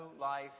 life